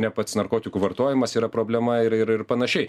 ne pats narkotikų vartojimas yra problema ir ir ir panašiai